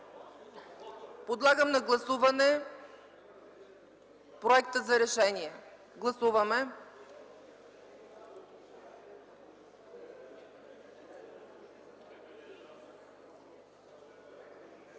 Подлагам на гласуване проекта за решение. Гласували